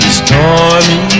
stormy